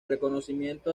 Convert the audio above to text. reconocimiento